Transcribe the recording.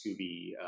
Scooby